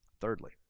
Thirdly